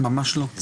לא, ממש לא.